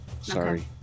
Sorry